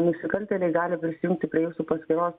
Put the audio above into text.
nusikaltėliai gali prisijungti prie jūsų paskyros